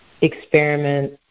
experiment